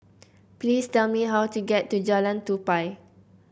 please tell me how to get to Jalan Tupai